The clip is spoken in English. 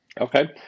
Okay